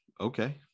okay